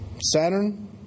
saturn